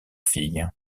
fille